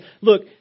look